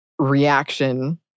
reaction